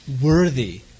worthy